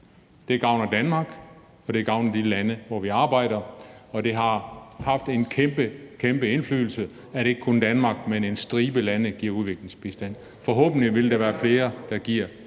Det gavner Danmark, og det gavner de lande, hvor vi arbejder, og det har haft en kæmpe, kæmpe indflydelse, at ikke kun Danmark, men en stribe lande giver udviklingsbistand. Forhåbentlig vil der være flere, der giver mere.